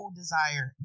desire